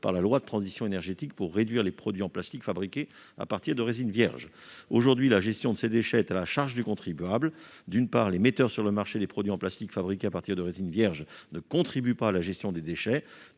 pour la croissance verte, afin de réduire les produits en plastique fabriqués à partir de résine vierge. Aujourd'hui, la gestion de ces déchets est à la charge du contribuable. D'une part, les metteurs sur le marché des produits en plastique fabriqués à partir de résine vierge ne contribuent pas à la gestion des déchets.